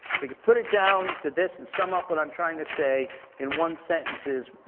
if you can put it down to this and sum up what i'm trying to say in one sentence is,